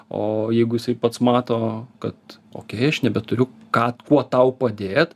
o jeigu jisai pats mato kad okei aš nebeturiu ką kuo tau padėt